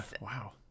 Wow